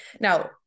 Now